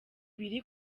biri